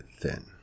thin